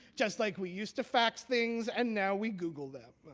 just like we used to fax things and now we google them.